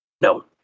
No